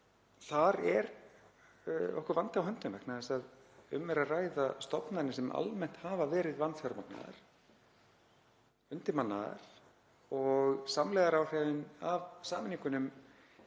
Þar er okkur vandi á höndum vegna þess að um er að ræða stofnanir sem almennt hafa verið vanfjármagnaðar, undirmannaðar, og samlegðaráhrifin af sameiningunni